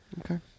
Okay